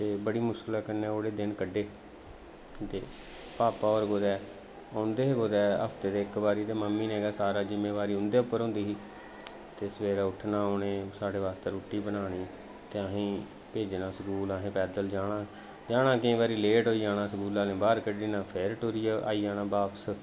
ते बड़ी मुश्कलै कन्नै ओह्कड़े दिन कड्ढे ते भापा होर कुतै औंदे हे कुतै हफ्ते दे इक बारी ते मम्मी नै गै सारी जिम्मेवारी उं'दे पर होंदी ही ते सवेरे उट्ठना उ'नें साढ़े आस्तै रुट्टी बनानी ते असें ई भेजना स्कूल असें पैदल जाना जाना केईं बारी लेट होई जाना स्कूल आह्लें बाह्र कढ्डी ओड़ना फिरी टुरियै आई जाना बापस